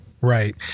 Right